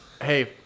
Hey